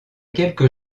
quelques